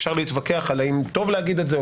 אפשר להתווכח האם טוב להגיד את זה או